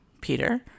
Peter